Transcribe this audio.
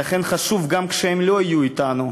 ולכן חשוב, גם כשהם לא יהיו אתנו,